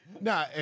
No